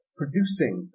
producing